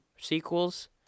sequels